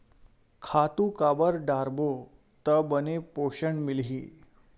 खातु काबर डारबो त बने पोषण मिलही?